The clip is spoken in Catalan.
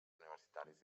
universitaris